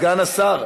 סגן השר,